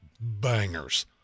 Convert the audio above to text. bangers